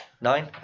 Nine